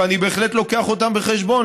ואני בהחלט מביא אותם בחשבון,